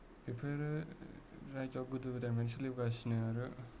बेफोरो राइजोआव गोदो गोदायनिफ्रायनो सोलिबोगासिनो आरो